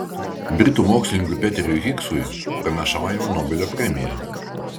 britų mokslininkui peteriui higsui pranašaujama nobelio premija